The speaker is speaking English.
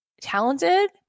talented